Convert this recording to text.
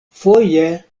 foje